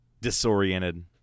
disoriented